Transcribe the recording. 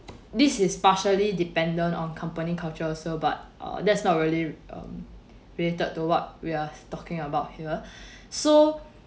this is partially dependent on company culture also but err that's not really um related to what we are talking about here so